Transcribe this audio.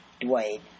Dwight